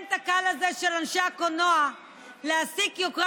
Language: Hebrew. הפטנט הקל הזה של אנשי הקולנוע להשיג יוקרה